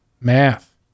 Math